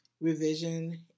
revision